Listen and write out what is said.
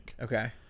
okay